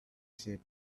said